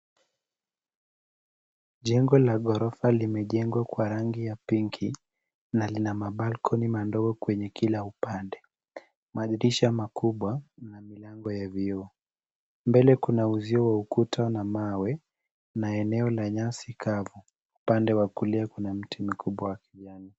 Jengo la ghorofa limejengwa kwa rangi ya pinki, na lina mabalkoni madogo kwenye kila upande. Madirisha makubwa na milango ya vioo. Mbele kuna uzio wa ukuta na mawe na eneo la nyasi kavu. Upande wa kulia kuna miti mikubwa ya kijani.